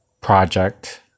project